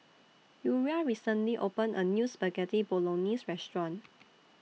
Uriah recently opened A New Spaghetti Bolognese Restaurant